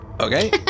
Okay